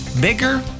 bigger